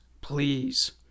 please